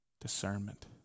discernment